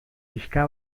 pixka